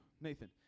Nathan